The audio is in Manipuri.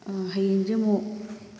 ꯍꯌꯦꯡꯁꯦ ꯑꯃꯨꯛ